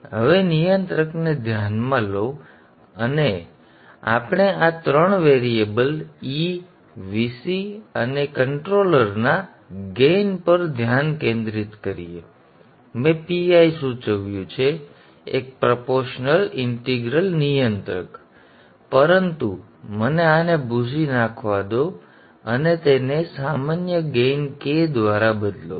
હવે નિયંત્રકને ધ્યાનમાં લો અને ચાલો આપણે આ 3 વેરિયેબલ e Vc અને નિયંત્રકના ગેઇન પર ધ્યાન કેન્દ્રિત કરીએ મેં PI સૂચવ્યું છે એક પ્રોપોર્શનલ ઇંટીગ્રલ નિયંત્રક પરંતુ મને આને ભૂંસી નાખવા દો અને તેને સામાન્ય ગેઇન k દ્વારા બદલવા દો